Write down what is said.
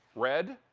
red,